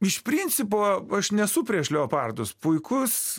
iš principo aš nesu prieš leopardus puikus